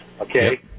okay